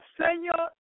Señor